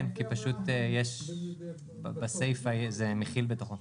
כן, כי בסיפה זה מכיל בתוכו.